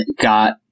got